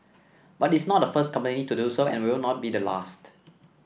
but it is not the first company to do so and will not be the last